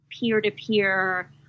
peer-to-peer